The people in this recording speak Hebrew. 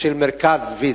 של מרכז ויזנטל,